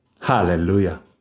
Hallelujah